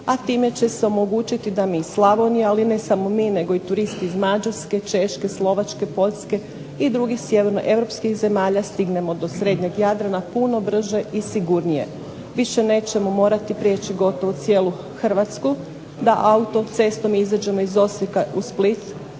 a time će se omogućiti da mi iz Slavonije, ali ne samo mi nego i turisti iz Mađarske, Češke, Slovačke, Poljske i drugih sjeverno europskih zemalja stignemo do srednjeg Jadrana puno brže i sigurnije. Više nećemo morati prijeći gotovo cijelu Hrvatsku da autocestom izađemo iz Osijek u Split,